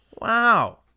Wow